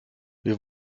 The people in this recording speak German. wir